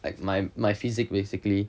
like my my physique basically